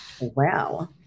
Wow